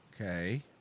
Okay